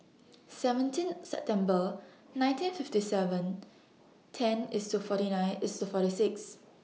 seventeen September nineteen fifty seven ten IS to forty nine IS to forty six